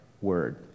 word